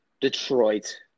Detroit